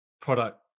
product